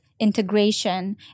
integration